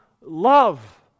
love